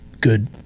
good